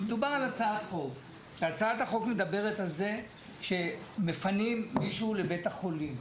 מדובר על הצעת חוק שמפנים מישהו לבית החולים